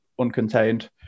uncontained